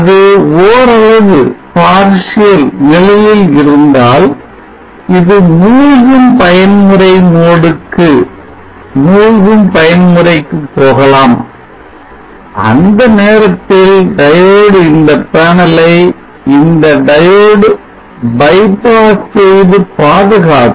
அது ஓரளவு நிழலில் இருந்தால் இது மூழ்கும் பயன்முறைக்குப் போகலாம் அந்த நேரத்தில் diode இந்த பேனலை இந்த diode bypass செய்து பாதுகாக்கும்